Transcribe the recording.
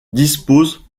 dispose